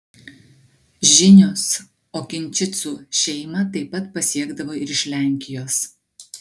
žinios okinčicų šeimą taip pat pasiekdavo ir iš lenkijos